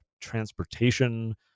transportation